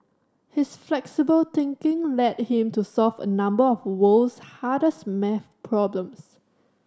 his flexible thinking led him to solve a number of world's hardest maths problems